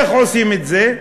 איך עושים את זה?